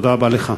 תודה רבה לך.